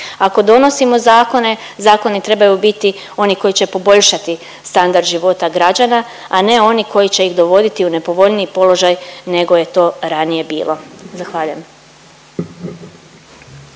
Ako donosimo zakone, zakoni trebaju biti oni koji će poboljšati standard života građana, a ne oni koji će ih dovoditi u nepovoljniji položaj nego je to ranije bilo. Zahvaljujem.